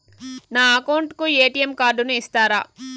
నా అకౌంట్ కు ఎ.టి.ఎం కార్డును ఇస్తారా